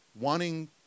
wanting